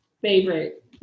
favorite